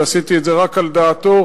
ועשיתי את זה רק על דעתו,